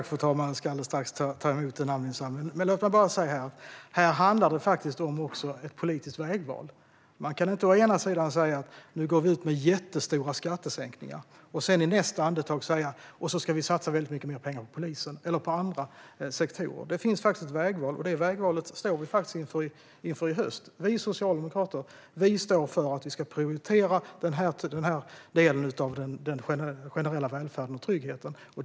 Fru talman! Jag ska alldeles strax ta emot namninsamlingen. Låt mig bara säga att det här faktiskt handlar om ett politiskt vägval. Man kan inte å ena sidan gå ut med jättestora skattesänkningar och å andra sidan satsa väldigt mycket mer på polisen eller på andra sektorer. Det finns faktiskt ett vägval. Det vägvalet står vi inför i höst. Vi socialdemokrater står för att vi ska prioritera den här delen av den generella välfärden och tryggheten.